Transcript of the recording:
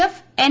F N